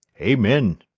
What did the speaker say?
amen.